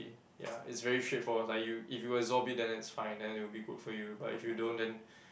ya it's very straightforward like you if you absorb it then that's fine then it will be good for you but if you don't then